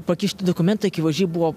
pakišti dokumentai akivaizdžiai buvo